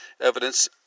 evidence